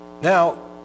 Now